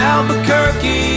Albuquerque